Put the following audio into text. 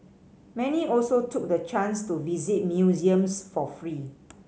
many also took the chance to visit museums for free